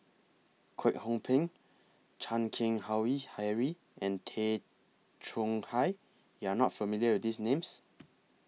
Kwek Hong Png Chan Keng Howe Harry and Tay Chong Hai YOU Are not familiar with These Names